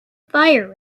fire